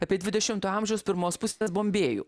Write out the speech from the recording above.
apie dvidešimto amžiaus pirmos pusės bombėjų